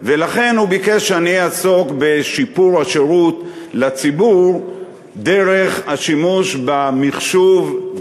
ולכן הוא ביקש שאני אעסוק בשיפור השירות לציבור דרך השימוש במחשוב,